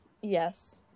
Yes